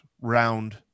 round